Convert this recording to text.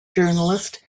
journalist